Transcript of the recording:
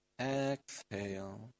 exhale